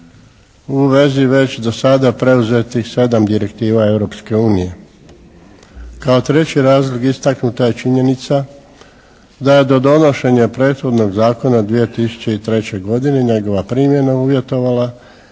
u vezi već do sada preuzetih sedam direktiva Europske unije. Kao treći razlog istaknuta je činjenica da je do donošenja prethodnog zakona 2003. godine njegova primjena uvjetovala